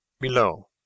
Below